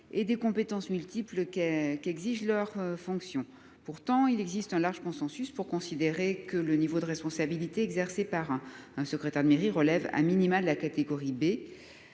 et des compétences multiples qu'qu'exige leur fonction. Pourtant il existe un large consensus pour considérer que le niveau de responsabilités exercées par un un secrétaire de mairie relève a minima de la catégorie B.